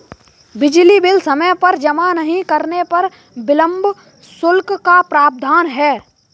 बिजली बिल समय पर जमा नहीं करने पर विलम्ब शुल्क का प्रावधान है